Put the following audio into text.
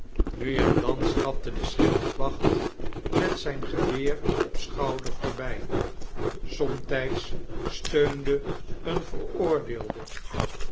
nu en dan stapte de schildwacht met zijn geweer op schouder voorbjj somtfids steende een veroordeelde